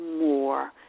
more